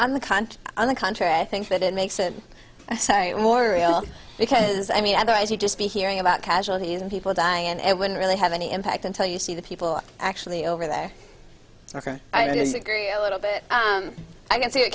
content on the contrary i think that it makes it more real because i mean otherwise you'd just be hearing about casualties and people dying and it wouldn't really have any impact until you see the people actually over there i disagree a little bit i can see